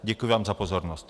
Děkuji vám za pozornost.